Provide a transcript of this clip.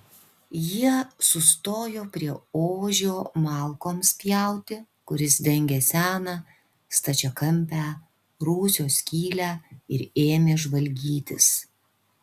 jie sustojo prie ožio malkoms pjauti kuris dengė seną stačiakampę rūsio skylę ir ėmė žvalgytis